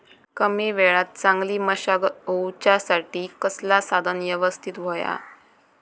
कमी वेळात चांगली मशागत होऊच्यासाठी कसला साधन यवस्तित होया?